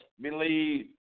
believe